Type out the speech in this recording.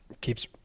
keeps